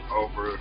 over